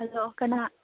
hello ꯀꯅꯥ